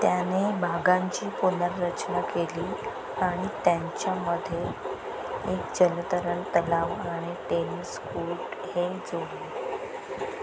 त्याने बागांची पुनर्रचना केली आणि त्यांच्यामध्ये एक जलतरण तलाव आणि टेनिस कोट हे जोडले